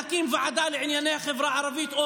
להקים ועדה לענייני החברה הערבית,